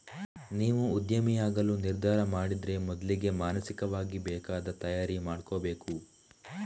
ನೀವು ಉದ್ಯಮಿಯಾಗಲು ನಿರ್ಧಾರ ಮಾಡಿದ್ರೆ ಮೊದ್ಲಿಗೆ ಮಾನಸಿಕವಾಗಿ ಬೇಕಾದ ತಯಾರಿ ಮಾಡ್ಕೋಬೇಕು